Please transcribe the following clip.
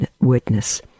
witness